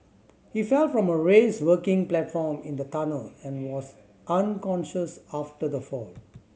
he fell from a raised working platform in the tunnel and was unconscious after the fall